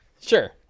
Sure